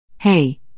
Hey